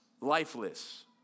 lifeless